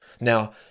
Now